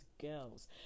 girls